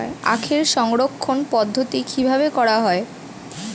আখের সংরক্ষণ পদ্ধতি কিভাবে করা হয়?